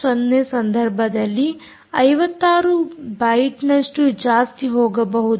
0 ಸಂದರ್ಭದಲ್ಲಿ 56ಬೈಟ್ನಷ್ಟು ಜಾಸ್ತಿ ಹೋಗಬಹುದು